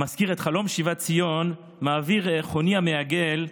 המזכיר את חלום שיבת ציון, מעביר חוני המעגל,